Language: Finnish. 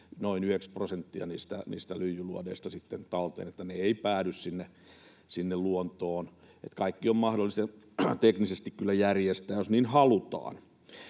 niistä lyijyluodeista talteen, jotta ne eivät päädy sinne luontoon. Kaikki on mahdollista teknisesti kyllä järjestää, jos niin halutaan.